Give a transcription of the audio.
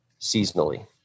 seasonally